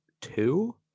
two